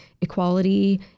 equality